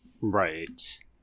Right